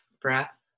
breath